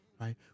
right